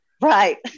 Right